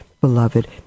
beloved